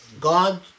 God